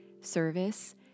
service